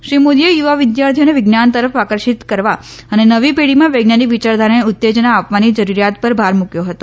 શ્રી મોદીએ યુવા વિદ્યાર્થીઓને વિજ્ઞાન તરફ આકર્ષિત કરવા અને નવી પેઢીમાં વૈજ્ઞાનિક વિચારધારાને ઉતેજને આપવાની જરૂરિથાત પર ભાર મૂક્યો હતો